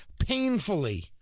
painfully